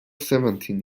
seventeen